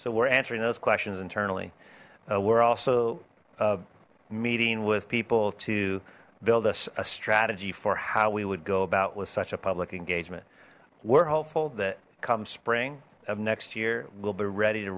so we're answering those questions internally we're also meeting with people to build us a strategy for how we would go about with such a public engagement we're hopeful that come spring of next year we'll be ready to